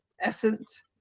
essence